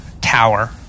Tower